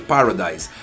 Paradise